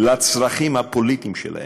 לצרכים הפוליטיים שלהם.